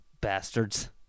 bastards